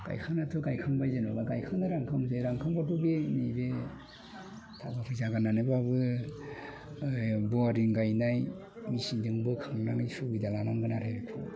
गायखांनायाथ' गायखांबाय जेनेबा गायखांबा रानखांबाबो बे नैबे थाखा फैसा गारनानैबाबो बरिं गायनाय मेसिनजों बोखांनानै सुबिदा लानांगोन आरो बेखौ